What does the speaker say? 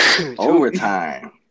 Overtime